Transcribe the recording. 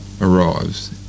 arrives